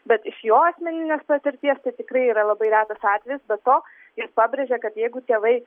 bet iš jo asmeninės patirties tai tikrai yra labai retas atvejis be to jis pabrėžė kad jeigu tėvai